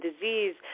disease